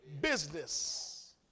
business